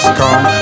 come